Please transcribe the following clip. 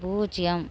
பூஜ்ஜியம்